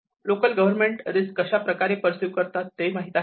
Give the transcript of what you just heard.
local government risk कशाप्रकारे perceive करतात ते माहित आहे का